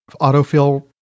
autofill